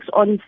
on